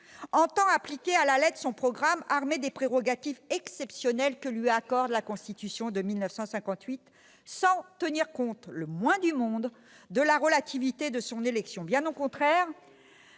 entend appliquer son programme à la lettre, armé des prérogatives exceptionnelles que lui accorde la Constitution de 1958, sans tenir compte le moins du monde de la relativité de son élection. Bien au contraire,